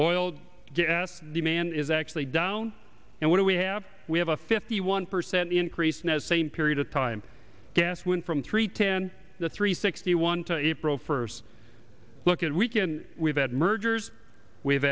oil gas demand is actually down and what do we have we have a fifty one percent increase in as same period of time gas went from three ten the three sixty one to april first look at weekend we've had mergers we've